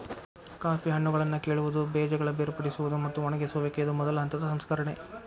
coffee ಹಣ್ಣುಗಳನ್ನಾ ಕೇಳುವುದು, ಬೇಜಗಳ ಬೇರ್ಪಡಿಸುವುದು, ಮತ್ತ ಒಣಗಿಸುವಿಕೆ ಇದು ಮೊದಲ ಹಂತದ ಸಂಸ್ಕರಣೆ